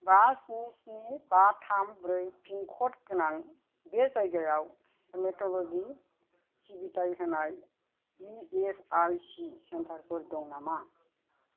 बा स्नि स्नि बा थाम ब्रै पिनकड गोनां बे जायगायाव हेमेट'ल'जि सिबिथाय होनाय इ एस आइ सि सेन्टारफोर दं नामा